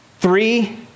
Three